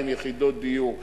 200 יחידות פרטיות במינימום?